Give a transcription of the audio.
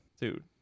dude